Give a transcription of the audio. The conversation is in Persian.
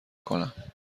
کنم